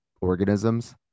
organisms